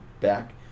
back